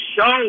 show